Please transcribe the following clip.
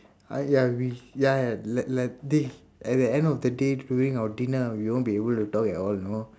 ah ya we ya ya like like dey at the end of the day during our dinner we won't be able to talk at all you know